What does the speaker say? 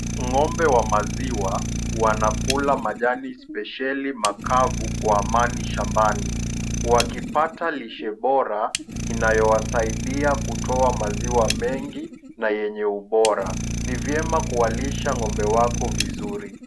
Ng'ombe wa maziwa, wanakula majani special makavu kwa amani shambani, wakipata lishe bora, inayowasaidia kutoa maziwa mengi, na yenye ubora. Ni vyema kuwalisha ng'ombe wako vizuri.